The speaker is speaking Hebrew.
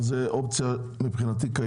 זאת אופציה קיימת מבחינתי.